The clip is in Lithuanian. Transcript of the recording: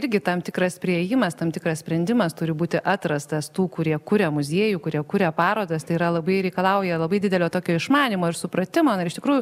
irgi tam tikras priėjimas tam tikras sprendimas turi būti atrastas tų kurie kuria muziejų kurie kuria parodas tai yra labai reikalauja labai didelio tokio išmanymo ir supratimo na iš tikrųjų